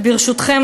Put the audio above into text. וברשותכם,